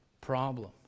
problem